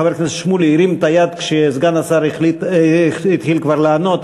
חבר הכנסת שמולי הרים את היד כשסגן השר התחיל כבר לענות.